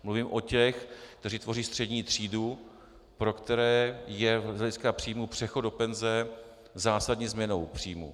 Mluvím o těch, kteří tvoří střední třídu, pro které je z hlediska příjmu přechod do penze zásadní změnou v příjmu.